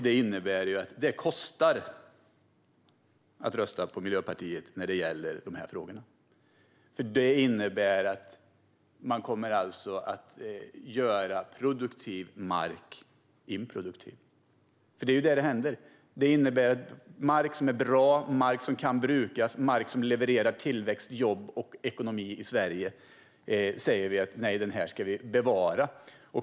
Det kostar alltså att rösta på Miljöpartiet när det gäller de här frågorna, för vad det innebär är att man kommer att göra produktiv mark improduktiv. Det är det som händer: Om mark som är bra, mark som kan brukas, mark som levererar tillväxt, jobb och ekonomi i Sverige säger vi att nej, den här marken ska vi bevara!